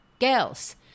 girls